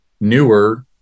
newer